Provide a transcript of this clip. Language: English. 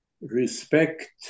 respect